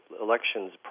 elections